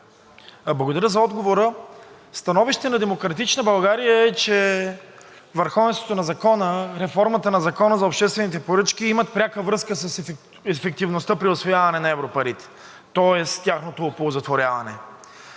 благодаря за отговора. Становището на „Демократична България“ е, че върховенството на закона и реформата на Закона за обществените поръчки имат пряка връзка с ефективността при усвояването на европари, тоест тяхното оползотворяване.